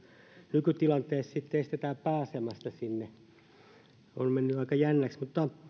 nykytilanteessa sitten estetään pääsemästä sinne on mennyt aika jännäksi